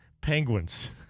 Penguins